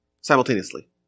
simultaneously